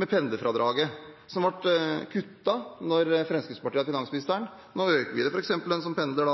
med pendlerfradraget, som ble kuttet da Fremskrittspartiet hadde finansministeren. Nå øker vi det. For eksempel får en som pendler